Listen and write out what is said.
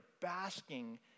basking